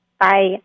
Bye